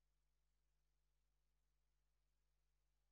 יום שלישי כ"ט בסיוון התשפ"ב,